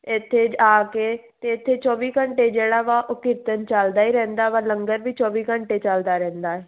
ਇੱਥੇ ਆ ਕੇ ਅਤੇ ਇੱਥੇ ਚੌਵੀ ਘੰਟੇ ਜਿਹੜਾ ਵਾ ਉਹ ਕੀਰਤਨ ਚੱਲਦਾ ਹੀ ਰਹਿੰਦਾ ਵਾ ਲੰਗਰ ਵੀ ਚੌਵੀ ਘੰਟੇ ਚਲਦਾ ਰਹਿੰਦਾ